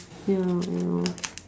ya you know